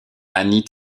annie